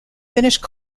finished